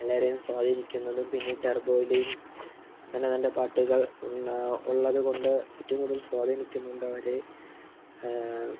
എല്ലാവരെയും സ്വാധീനിക്കുന്നത് പിന്നെ ടർബോയിലെയും നല്ല നല്ല പാട്ടുകൾ ഉള്ള ഉള്ളതുകൊണ്ട് ഏറ്റവും കൂടുതൽ സ്വാധീനിക്കുന്നുണ്ട് അവര്